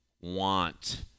want